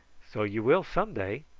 so you will some day.